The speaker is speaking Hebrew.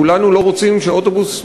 כולנו לא רוצים שאוטובוס,